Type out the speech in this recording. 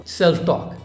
self-talk